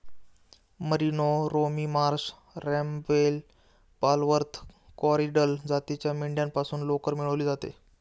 merino, Romney Marsh, Rambouillet, Polwarth, Corriedale जातीच्या मेंढ्यांपासून लोकर मिळवली जाते